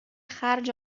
خرج